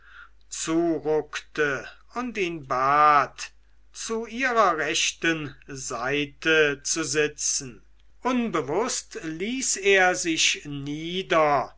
hieß zuruckte und ihn bat zu ihrer rechten seite zu sitzen unbewußt ließ er sich nieder